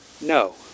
No